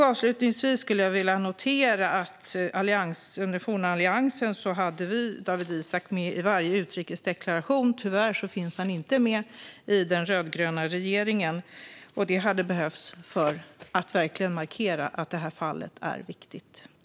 Avslutningsvis noterar jag att vi under forna Alliansens tid hade Dawit Isaak med i varje utrikesdeklaration. Tyvärr finns han inte med i den rödgröna regeringens deklaration. Det hade behövts för att verkligen markera att detta fall är viktigt.